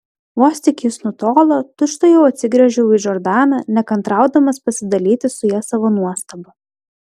vos tik jis nutolo tučtuojau atsigręžiau į džordaną nekantraudamas pasidalyti su ja savo nuostaba